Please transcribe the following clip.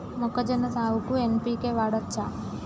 మొక్కజొన్న సాగుకు ఎన్.పి.కే వాడచ్చా?